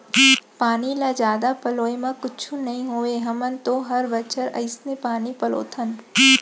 पानी ल जादा पलोय म कुछु नइ होवय हमन तो हर बछर अइसने पानी पलोथन